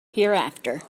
hereafter